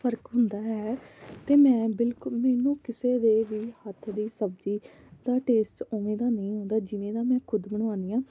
ਫਰਕ ਹੁੰਦਾ ਹੈ ਅਤੇ ਮੈਂ ਬਿਲਕੁਲ ਮੈਨੂੰ ਕਿਸੇ ਦੇ ਵੀ ਹੱਥ ਦੀ ਸਬਜ਼ੀ ਦਾ ਟੇਸਟ ਉਵੇਂ ਦਾ ਨਹੀਂ ਆਉਂਦਾ ਜਿਵੇਂ ਦਾ ਮੈਂ ਖੁਦ ਬਣਵਾਉਂਦੀ ਹਾਂ